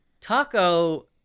Taco